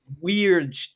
weird